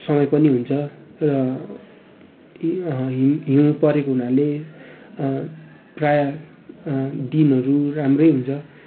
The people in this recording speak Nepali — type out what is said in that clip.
समय पनि हुन्छ र हिउँ हिउँ परेको हुनाले प्रायः दिनहरू राम्रै हुन्छ